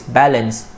balance